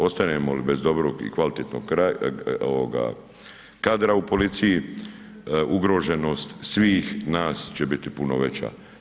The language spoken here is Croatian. Ostanemo li bez dobrog i kvalitetnog kadra u policiji ugroženost svih nas će biti puno veća.